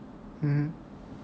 mmhmm